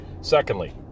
Secondly